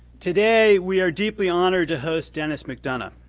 today we are deeply honored to host denis mcdonough.